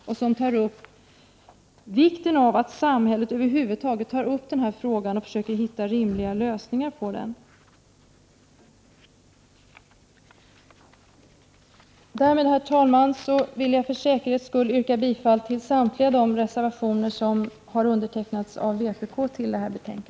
Också här framhålls vikten av att samhället tar upp denna fråga och försöker komma fram till rimliga lösningar. Med detta, herr talman, yrkar jag för tydlighetens skull bifall till samtliga de reservationer i detta betänkande som vpk står bakom.